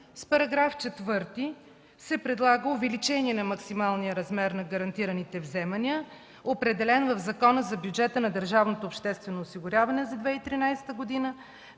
С § 4 се предлага увеличение на максималния размер на гарантираните вземания, определен в Закона за бюджета на държавното обществено осигуряване за 2013 г.,